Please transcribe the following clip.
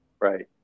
Right